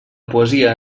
poesia